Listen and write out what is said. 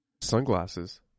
Sunglasses